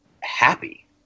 happy